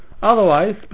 otherwise